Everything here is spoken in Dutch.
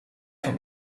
van